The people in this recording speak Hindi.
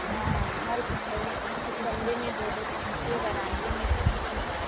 हाँ हर कमरे हर कमरे में दो दो पंखे बरामदे में पंखे